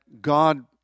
God